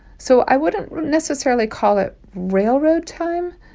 so i wouldn't necessarily call it railroad time.